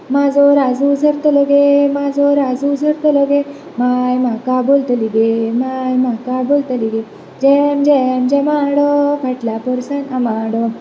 म्हाजो राजू झरतलो गे म्हाजो राजू झरतलो घे मांय म्हाका बोलतली गे मांय म्हाका बोलतली गे झेम झेम झेमाडो फाटल्या पोरसांत आंबाडो